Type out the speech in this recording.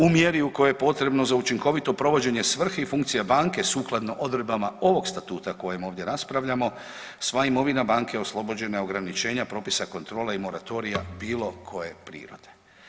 U mjeri u kojoj je potrebno za učinkovito provođenje svrhe i funkcija banke sukladno odredbama ovog statuta o kojem ovdje raspravljamo sva imovina banke oslobođena je ograničenja propisa kontrole i moratorija bilo koje prirode.